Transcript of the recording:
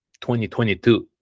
2022